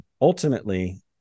ultimately